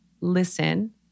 listen